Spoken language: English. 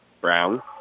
Brown